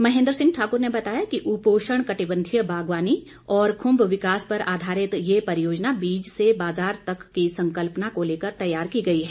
महेंद्र सिंह ठाकुर ने बताया कि उपोषण कटिबंधीय बागवानी और खुम्ब विकास पर आधारित ये परियोजना बीज से बाजार तक की संकल्पना को लेकर तैयार की गई है